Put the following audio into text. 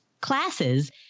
classes